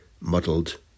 muddled